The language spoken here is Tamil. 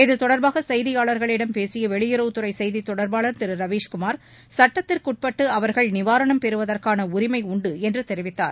இது தொடர்பாக செய்தியாளர்களிடம் பேசிய வெளியுறவுத்துறை செய்தித் தொடர்பாளர் திரு ரவீஷ் குமார் சுட்டத்திற்குப்பட்டு அவர்கள் நிவாரணம் பெறுவதற்கான உரிமை உண்டு என்று தெரிவித்தார்